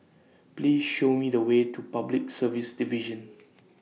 Please Show Me The Way to Public Service Division